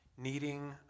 Needing